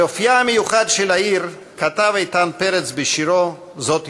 על אופייה המיוחד של העיר כתב איתן פרץ בשירו "זאת ירושלים":